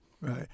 Right